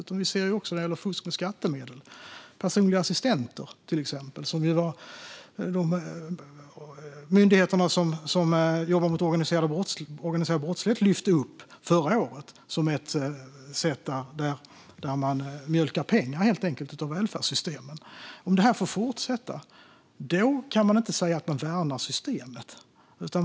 Det är också fusk med skattemedel. Det gäller till exempel personliga assistenter. Myndigheterna som jobbar mot organiserad brottslighet lyfte förra året upp det som ett sätt där man helt enkelt mjölkar pengar ur välfärdssystemen. Om det får fortsätta kan man inte säga att man värnar systemet.